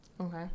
Okay